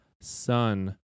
son